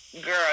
girl